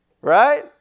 Right